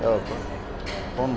ಯಾವುದು